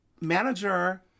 manager